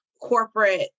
corporate